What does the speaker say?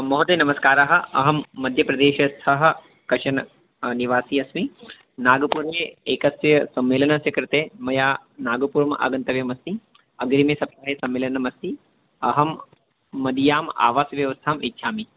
महोदय नमस्कारः अहं मध्यप्रदेशस्थः कश्चन निवासी अस्मि नागपुरे एकस्य सम्मेलनस्य कृते मया नागपुरम् आगन्तव्यमस्ति अग्रिमे सप्ताहे सम्मेलनमस्ति अहं मदीयाम् आवासव्यवस्थाम् इच्छामि